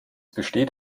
besteht